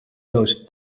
those